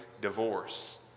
divorce